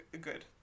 good